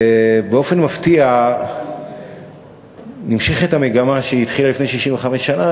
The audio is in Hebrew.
ובאופן מפתיע נמשכת המגמה שהתחילה לפני 65 שנה,